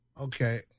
Okay